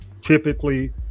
typically